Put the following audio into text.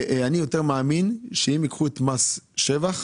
אני יותר מאמין שאם ייקחו את מס שבח,